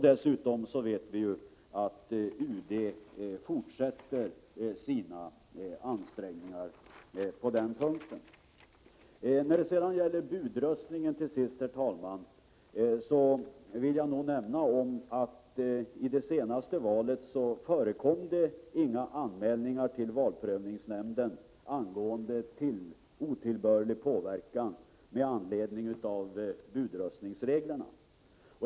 Dessutom vet vi att UD fortsätter sina ansträngningar på den punkten. När det sedan till sist gäller budröstningen, herr talman, vill jag nämna att det det senaste valet inte förekom några anmälningar till valprövningsnämnden angående otillbörlig påverkan med anledning av budröstningsreglerna.